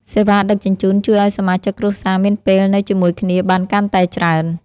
សេវាដឹកជញ្ជូន ជួយឱ្យសមាជិកគ្រួសារមានពេលនៅជាមួយគ្នាបានកាន់តែច្រើន។